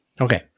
Okay